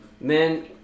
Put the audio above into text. Men